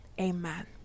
Amen